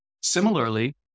Similarly